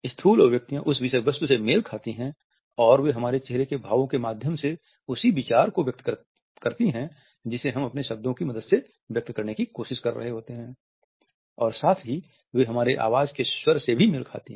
स्थूल अभिव्यक्तियां उस विषय वस्तु से मेल खाती हैं और वे हमारे चेहरे के भावों के माध्यम उसी विचार व्यक्त करती हैं जिसे हम अपने शब्दों की मदद से व्यक्त करने की कोशिश कर रहे होते हैं और साथ ही वे हमारे आवाज़ के स्वर से भी मेल खाती हैं